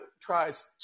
tries